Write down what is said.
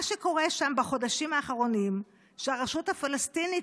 מה שקורה שם בחודשים האחרונים זה שהרשות הפלסטינית,